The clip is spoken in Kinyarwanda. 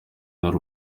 n’u